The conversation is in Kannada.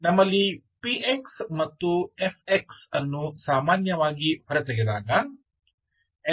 ನಮ್ಮಲ್ಲಿ px ಮತ್ತು fx ಅನ್ನು ಸಾಮಾನ್ಯವಾಗಿ ಹೊರತೆಗೆದಾಗ L